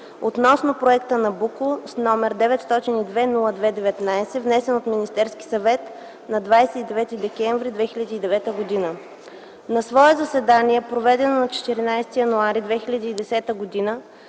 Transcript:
относно Проекта „Набуко” № 902-02-19, внесен от Министерския съвет на 29 декември 2009 г. На свое заседание, проведено на 14 януари 2010 г.,